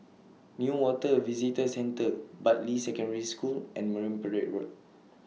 Newater Visitor Centre Bartley Secondary School and Marine Parade Road